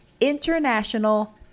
International